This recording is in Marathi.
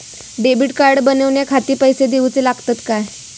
डेबिट कार्ड बनवण्याखाती पैसे दिऊचे लागतात काय?